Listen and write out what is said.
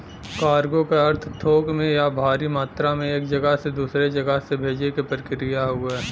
cargo क अर्थ थोक में या भारी मात्रा में एक जगह से दूसरे जगह से भेजे क प्रक्रिया हउवे